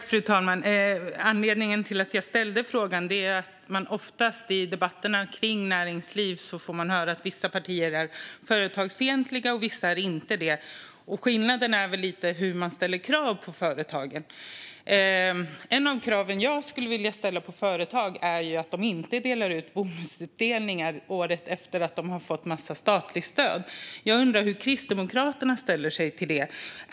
Fru talman! Anledningen till att jag ställde frågan är att man i debatterna om näringsliv ofta får höra att vissa partier är företagsfientliga medan vissa inte är det. Skillnaden handlar väl lite om hur man ställer krav på företagen. Ett av de krav jag skulle vilja ställa på företag är att de inte delar ut bonus året efter att de fått en massa statligt stöd. Jag undrar hur Kristdemokraterna ställer sig till det.